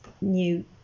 new